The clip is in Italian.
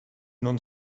non